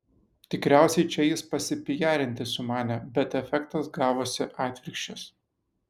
tikriausiai čia jis pasipijarinti sumanė bet efektas gavosi atvirkščias